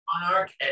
Monarch